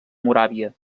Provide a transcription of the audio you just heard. moràvia